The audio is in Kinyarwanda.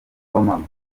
w’amaguru